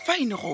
Fine